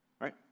Right